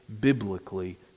biblically